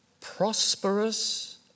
prosperous